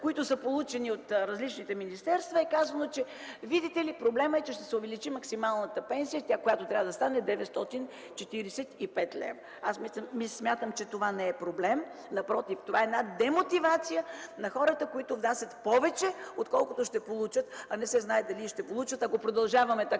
които са получени от различните министерства, е казано: видите ли, проблемът е, че ще се увеличи максималната пенсия, която трябва да стане 945 лв. Аз смятам, че това не е проблем. Напротив, това е демотивация на хората, които внасят повече, отколкото ще получат, а не се знае дали ще получат, ако продължаваме така